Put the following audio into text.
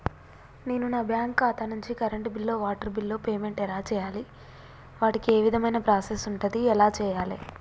నేను నా బ్యాంకు ఖాతా నుంచి కరెంట్ బిల్లో వాటర్ బిల్లో పేమెంట్ ఎలా చేయాలి? వాటికి ఏ విధమైన ప్రాసెస్ ఉంటది? ఎలా చేయాలే?